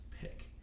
pick